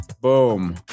Boom